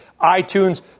iTunes